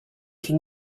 can